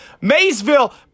Maysville